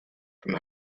from